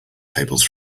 tables